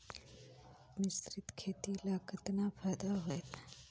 मिश्रीत खेती ल कतना फायदा होयल?